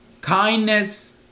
kindness